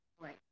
Right